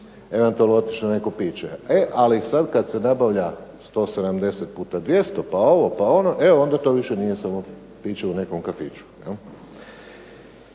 eventualno otići na neko piće. E ali sad kad se nabavlja 170 puta 200 pa ovo pa ono, e onda to više nije samo piće u nekom kafiću.